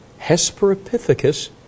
Hesperopithecus